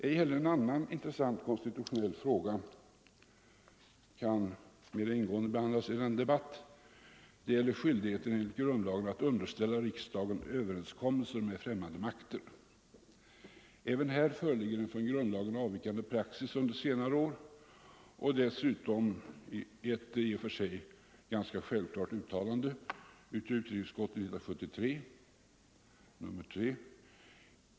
Ej heller en annan intressant konstitutionell fråga kan mera ingående behandlas i en debatt av detta slag. Det gäller skyldigheten enligt grund ter. Även här föreligger en från grundlagen avvikande praxis under senare år. Hit hör dessutom ett i och för sig ganska självklart uttalande av utrikesutskottet i betänkandet 1973:3.